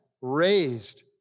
raised